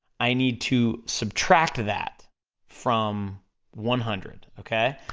i need to subtract that from one hundred, okay?